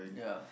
ya